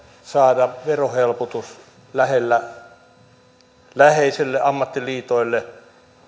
saada verohelpotus läheisille ammattiliitoille